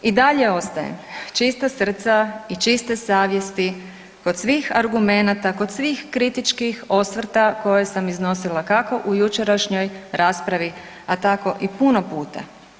I dalje ostajem čista srca i čiste savjesti kod svih argumenata kod svih kritičkih osvrta koje sam iznosila kako u jučerašnjoj raspravi, a tko i puno puta.